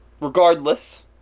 regardless